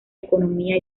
economía